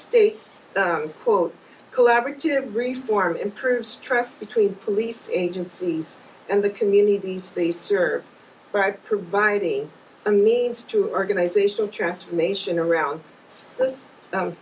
states quote collaborative grief or improves trust between police agencies and the communities they serve by providing a means to organizational transformation around